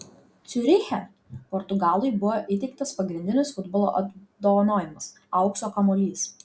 ciuriche portugalui buvo įteiktas pagrindinis futbolo apdovanojimas aukso kamuolys